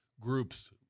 groups